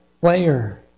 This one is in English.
player